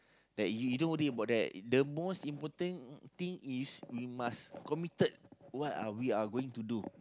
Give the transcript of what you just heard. that you don't worry about that the most important thing is you must committed what are we are going to do